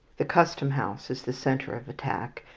the custom-house is the centre of attack,